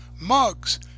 mugs